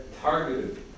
targeted